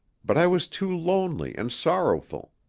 but i was too lonely and sorrowful.